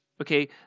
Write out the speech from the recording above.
okay